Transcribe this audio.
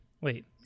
Wait